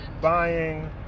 buying